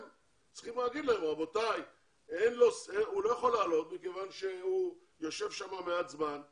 צריכים לומר להם שהוא לא יכול לעלות מכיוון שהוא יושב שם מעט זמן,